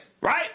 Right